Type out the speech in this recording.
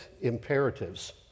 imperatives